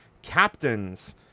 captains